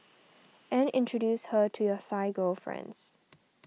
and introduce her to your Thai girlfriends